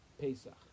Pesach